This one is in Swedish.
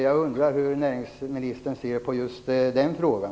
Jag undrar hur näringsministern ser på just den frågan.